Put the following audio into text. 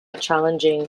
challenging